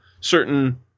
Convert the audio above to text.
certain